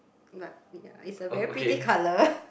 but ya it is a very pretty colour